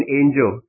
angel